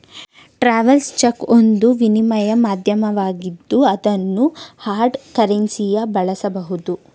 travels cheque ಒಂದು ವಿನಿಮಯ ಮಾಧ್ಯಮವಾಗಿದ್ದು ಅದನ್ನು ಹಾರ್ಡ್ ಕರೆನ್ಸಿಯ ಬಳಸಬಹುದು